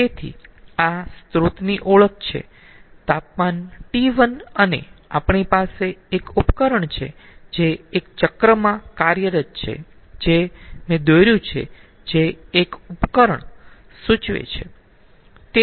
તેથી આ સ્ત્રોતની ઓળખ છે તાપમાન T1 અને આપણી પાસે એક ઉપકરણ છે જે એક ચક્રમાં કાર્યરત છે જે મેં દોર્યું છે જે એક ઉપકરણ સૂચવે છે